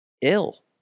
ill